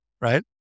right